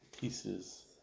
pieces